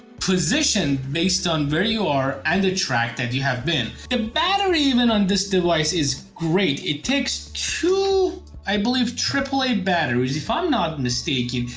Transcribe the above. position based on where you are and the track that you have been. the battery even on this device is great. it takes two i believe triple a batteries if i'm not mistaken,